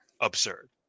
absurd